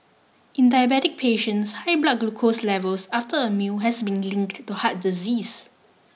in diabetic patients high blood glucose levels after a meal has been linked to heart disease